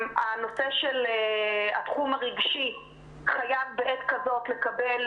הנושא של התחום הרגשי חייב בעת כזאת לקבל